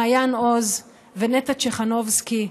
מעיין עוז ונטע צ'חנובסקי.